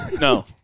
No